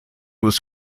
was